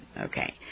Okay